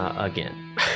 Again